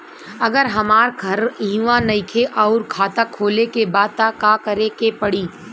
अगर हमार घर इहवा नईखे आउर खाता खोले के बा त का करे के पड़ी?